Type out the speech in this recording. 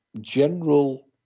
general